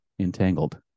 Entangled